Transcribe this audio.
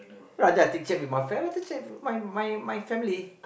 rather I take chat with my friends rather chat my my my family